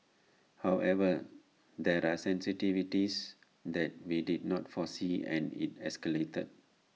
however there are sensitivities that we did not foresee and IT escalated